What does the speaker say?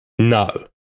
No